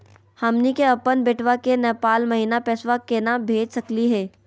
हमनी के अपन बेटवा क नेपाल महिना पैसवा केना भेज सकली हे?